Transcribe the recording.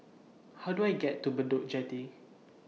How Do I get to Bedok Jetty